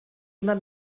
immer